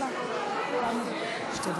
שתי דקות.